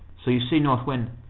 so you see, north wind,